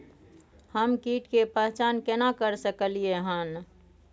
हम कीट के पहचान केना कर सकलियै हन?